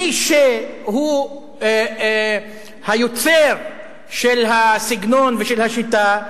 מי שהוא היוצר של הסגנון ושל השיטה,